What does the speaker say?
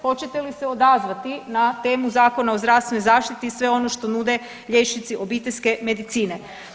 Hoćete li se odazvati na temu Zakona o zdravstvenoj zaštiti i sve ono što nude liječnici obiteljske medicine.